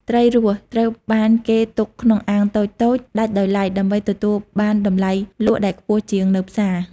ត្រីរស់ ត្រូវបានគេទុកក្នុងអាងតូចៗដាច់ដោយឡែក ដើម្បីទទួលបានតម្លៃលក់ដែលខ្ពស់ជាងនៅផ្សារ។